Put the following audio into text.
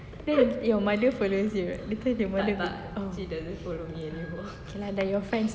then your mother follows you right later your mother b~ oh okay lah then your friends then